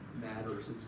matters